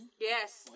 Yes